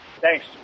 Thanks